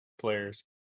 players